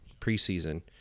preseason